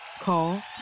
Call